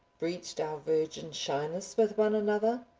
breached our virgin shyness with one another?